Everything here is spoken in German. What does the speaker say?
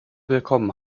willkommen